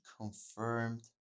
confirmed